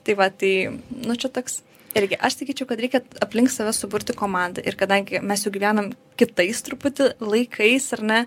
tai va tai nu čia toks irgi aš sakyčiau kad reikia aplink save suburti komandą ir kadangi mes jau gyvienam kitais truputį laikais ar ne